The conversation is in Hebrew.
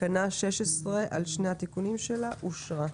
תקנה 16, על שני התיקונים שלה, אושרה.